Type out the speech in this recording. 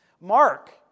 Mark